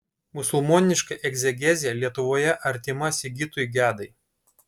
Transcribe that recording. musulmoniška egzegezė lietuvoje artima sigitui gedai